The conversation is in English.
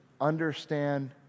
understand